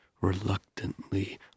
reluctantly